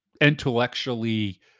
intellectually